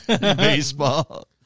baseball